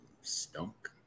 Stunk